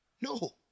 No